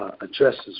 addresses